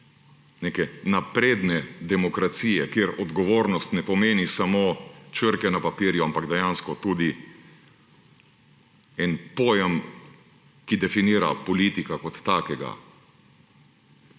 neke napredne demokracije, kjer odgovornost ne pomeni samo črke na papirju, ampak dejansko tudi en pojem, ki definira politika kot takega.